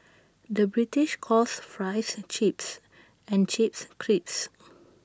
the British calls Fries Chips and Chips Crisps